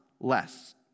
less